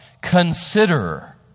consider